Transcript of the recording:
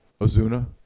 Ozuna